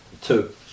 two